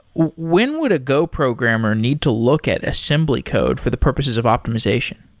when would a go programmer need to look at assembly code for the purposes of optimization?